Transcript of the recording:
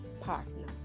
partner